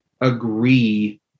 agree